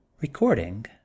Recording